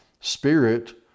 Spirit